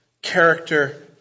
Character